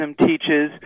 teaches